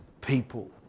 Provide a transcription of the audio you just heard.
people